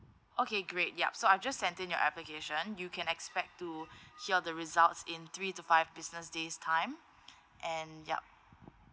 okay great yup so I've just sent in your application you can expect to hear the results in three to five business days time and yup